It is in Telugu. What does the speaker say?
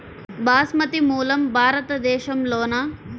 బాస్మతి మూలం భారతదేశంలోనా?